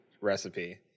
recipe